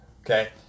okay